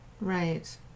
Right